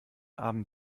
abend